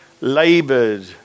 labored